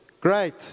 Great